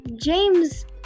James